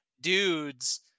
dudes